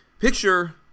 Picture